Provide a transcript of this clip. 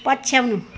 पछ्याउनु